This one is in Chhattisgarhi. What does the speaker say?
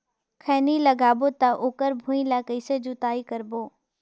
खैनी लगाबो ता ओकर भुईं ला कइसे जोताई करबो?